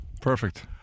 Perfect